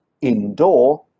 indoor